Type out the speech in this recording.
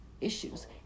issues